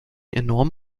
enorm